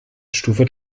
stufe